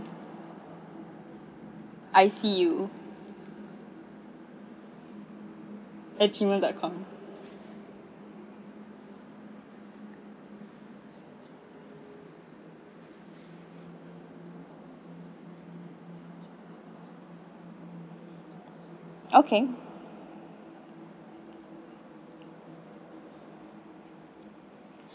I C U at Gmail dot com